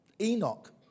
Enoch